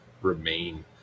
remain